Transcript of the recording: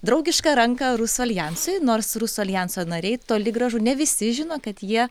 draugišką ranką rusų aljansui nors rusų aljanso nariai toli gražu ne visi žino kad jie